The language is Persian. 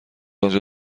آنجا